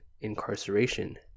incarceration